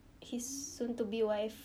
his soon to be wife